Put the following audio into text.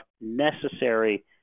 necessary